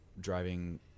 driving